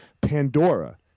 Pandora